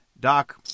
doc